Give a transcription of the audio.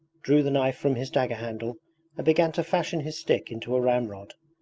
drew the knife from his dagger-handle and began to fashion his stick into a ramrod.